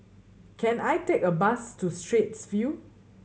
can I take a bus to Straits View